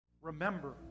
Remember